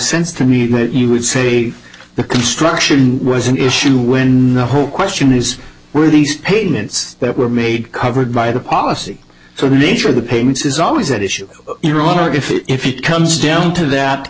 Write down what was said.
sense to me that you would say the construction was an issue when the whole question is were these payments that were made covered by the policy so the nature of the payments is always at issue your honor if it if it comes down to that